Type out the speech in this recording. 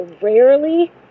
rarely